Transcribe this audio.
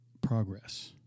progress